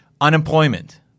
Unemployment